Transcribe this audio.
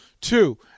Two